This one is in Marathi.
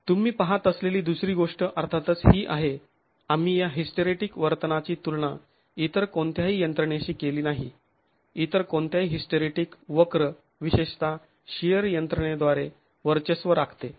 तुम्ही पहात असलेली दुसरी गोष्ट अर्थातच ही आहे आम्ही या हिस्टरेटीक वर्तनाची तुलना इतर कोणत्याही यंत्रणेशी केली नाही इतर कोणत्याही हिस्टरेटीक वक्र विशेषत शिअर यंत्रणेद्वारे वर्चस्व राखते